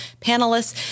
panelists